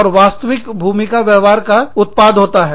और वास्तविक भूमिका व्यवहार उत्पाद होता है